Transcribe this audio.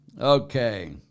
Okay